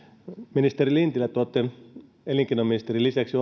ministeri lintilä te olette elinkeinoministerin lisäksi